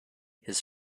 his